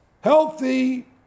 healthy